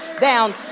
down